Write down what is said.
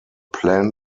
plan